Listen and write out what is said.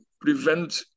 prevent